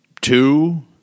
Two